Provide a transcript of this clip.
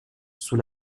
sous